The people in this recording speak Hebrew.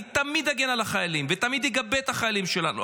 אני תמיד אגן על החיילים ותמיד אגבה את החיילים שלנו,